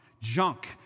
Junk